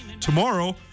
Tomorrow